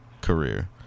career